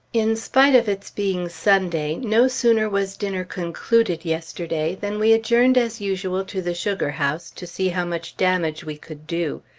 in spite of its being sunday, no sooner was dinner concluded yesterday than we adjourned, as usual, to the sugar-house to see how much damage we could do.